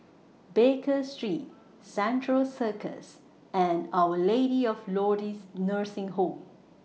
Baker Street Central Circus and Our Lady of Lourdes Nursing Home